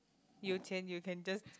有钱 you can just